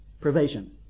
provision